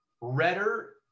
redder